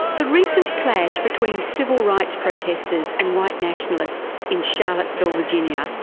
the recent clash between civil rights protesters and white nationalists in charlottesville, virginia,